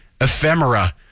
ephemera